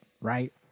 right